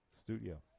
Studio